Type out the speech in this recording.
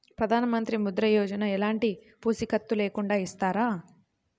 ప్రధానమంత్రి ముద్ర యోజన ఎలాంటి పూసికత్తు లేకుండా ఇస్తారా?